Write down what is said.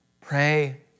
Pray